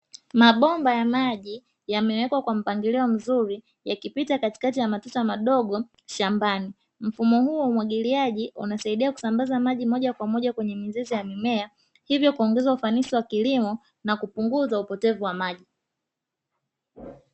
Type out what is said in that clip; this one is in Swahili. Mabomba ya maji, yamewekwa kwa mpangilio mzuri yakipita katikati ya matuta madogo shambani. Mfumo huo wa umwagiliaji unasaidia kusambaza maji moja kwa moja kwenye mizizi ya mimea, hivyo kuongeza ufanisi wa kilimo na kupunguza upotevu wa maji.